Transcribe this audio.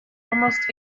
almost